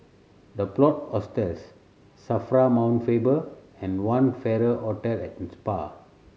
The Plot Hostels SAFRA Mount Faber and One Farrer Hotel and Spa